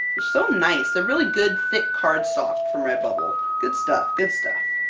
so nice! they're really good, thick card stock from redbubble. good stuff good stuff